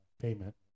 payment